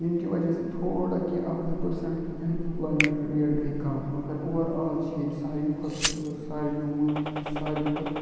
ییٚمہِ کہِ وجہ سۭتۍ تھوڑا کینٛہہ اَکھ زٕ پٔرسَنٹ اَن ایٚمپٕلامیٚنٹ ریٹ گٔے کَم مگر اُوَرآل چھِ ییٚتہِ ساروی کھۄتہٕ ساروِیو مُلکہٕ کہِ ساروی کھۄتہٕ